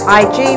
ig